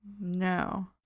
No